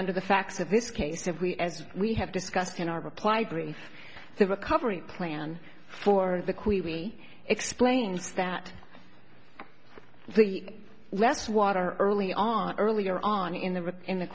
under the facts of this case if we as we have discussed in our reply brief the recovery plan for the qui explains that the less water early on earlier on in the